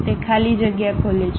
તે ખાલી જગ્યા ખોલે છે